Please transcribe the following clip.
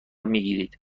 میگیرید